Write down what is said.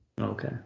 Okay